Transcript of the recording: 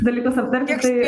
dalykus aptarti kai